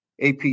AP